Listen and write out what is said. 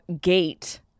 gate